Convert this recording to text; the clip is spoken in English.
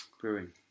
brewing